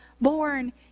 born